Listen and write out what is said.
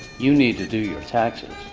you need to do your taxes.